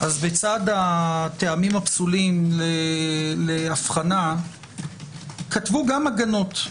בצד הטעמים הפסולים להבחנה כתבו גם הגנות.